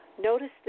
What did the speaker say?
Notice